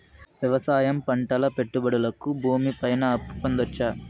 వ్యవసాయం పంటల పెట్టుబడులు కి భూమి పైన అప్పు పొందొచ్చా?